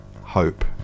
hope